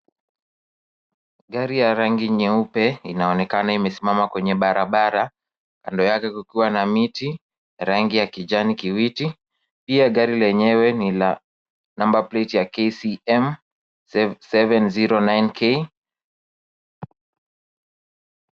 Gari ya rangi nyeupe inaonekana imesimama kwenye barabara kando yake kukiwa na miti ya rangi ya kijani kibichi, pia gari lenyewe ni la number plate ya KCM 709 K.